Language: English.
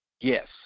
Yes